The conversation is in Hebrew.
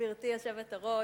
גברתי היושבת-ראש,